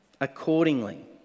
accordingly